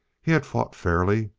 he had fought fairly,